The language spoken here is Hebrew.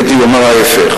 הייתי אומר ההיפך.